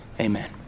Amen